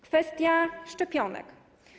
Kwestia szczepionek.